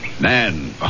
Man